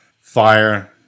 fire